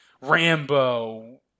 Rambo